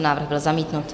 Návrh byl zamítnut.